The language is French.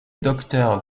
docteur